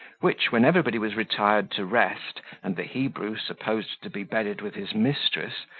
which, when everybody was retired to rest, and the hebrew supposed to be bedded with his mistress,